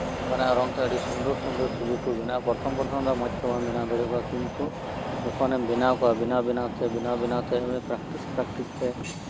ᱚᱱᱠᱟᱱᱟᱜ ᱨᱚᱝ ᱛᱮ ᱟᱹᱰᱤ ᱥᱩᱱᱫᱚᱨ ᱥᱩᱱᱫᱚᱨ ᱪᱷᱚᱵᱤ ᱠᱚ ᱵᱮᱱᱟᱜᱼᱟ ᱯᱨᱚᱛᱷᱚᱢ ᱯᱨᱚᱛᱷᱚᱢ ᱫᱚ ᱢᱚᱸᱡᱽ ᱛᱮ ᱵᱟᱢ ᱵᱮᱱᱟᱣ ᱫᱟᱲᱮᱭᱟᱠᱚᱣᱟ ᱠᱤᱱᱛᱩ ᱡᱚᱠᱷᱚᱱᱮᱢ ᱵᱮᱱᱟᱣ ᱠᱚᱣᱟ ᱵᱮᱱᱟᱣ ᱵᱮᱱᱟᱣᱛᱮ ᱯᱨᱮᱠᱴᱤᱥ ᱯᱨᱮᱠᱴᱤᱥᱛᱮ